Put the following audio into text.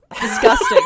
Disgusting